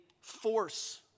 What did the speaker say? force